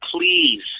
please